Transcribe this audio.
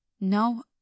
No